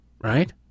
right